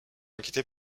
inquiété